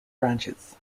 ranches